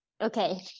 Okay